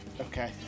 okay